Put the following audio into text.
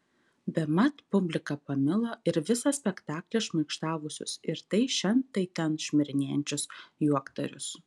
bemat publika pamilo ir visą spektaklį šmaikštavusius ir tai šen tai ten šmirinėjančius juokdarius